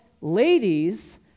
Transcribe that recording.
Ladies